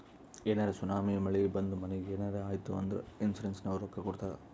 ಏನರೇ ಸುನಾಮಿ, ಮಳಿ ಬಂದು ಮನಿಗ್ ಏನರೇ ಆಯ್ತ್ ಅಂದುರ್ ಇನ್ಸೂರೆನ್ಸನವ್ರು ರೊಕ್ಕಾ ಕೊಡ್ತಾರ್